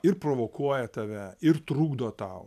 ir provokuoja tave ir trukdo tau